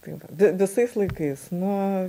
tai va vi visais laikais nuo